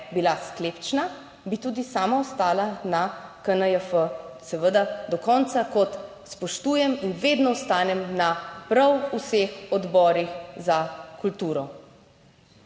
bila sklepčna, bi tudi sama ostala na KNJF, seveda do konca, kot spoštujem in vedno ostanem na prav vseh Odborih za kulturo.